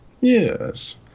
yes